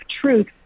truth